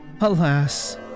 Alas